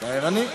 אתה ערני.